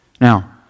Now